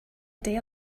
day